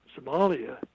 Somalia